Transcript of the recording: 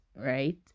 right